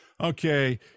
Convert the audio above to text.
okay